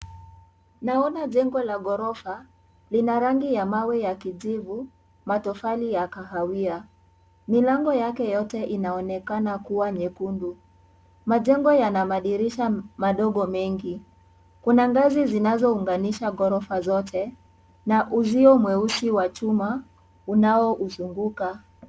Naona jengo la ghorofa, lina rangi ya mawe ya kijivu, matofali ya kahawia. Milango yake yote inaonekana kuwa nyekundu. Majengo yana madirisha madogo mengi. Kuna ngazi zinazounganisha ghorofa zote, na uzio mweusi wa chuma unaouzunguka.